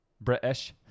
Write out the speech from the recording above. British